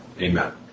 Amen